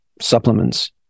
supplements